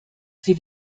sie